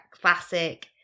classic